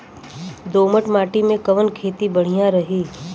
दोमट माटी में कवन खेती बढ़िया रही?